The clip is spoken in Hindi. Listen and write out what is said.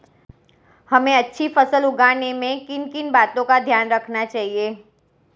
हमें अच्छी फसल उगाने में किन किन बातों का ध्यान रखना चाहिए?